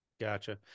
Gotcha